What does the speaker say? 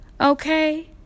Okay